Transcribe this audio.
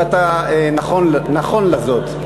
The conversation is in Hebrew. ואתה נכון לזאת.